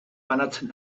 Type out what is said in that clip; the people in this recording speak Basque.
banatzen